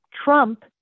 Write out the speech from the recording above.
Trump